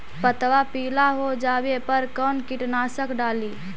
पतबा पिला हो जाबे पर कौन कीटनाशक डाली?